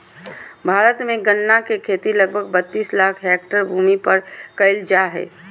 भारत में गन्ना के खेती लगभग बत्तीस लाख हैक्टर भूमि पर कइल जा हइ